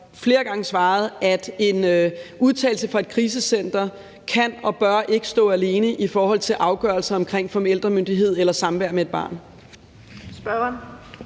flere gange har svaret, at en udtalelse fra et krisecenter ikke kan og ikke bør stå alene i forhold til afgørelser omkring forældremyndighed eller samvær med et barn.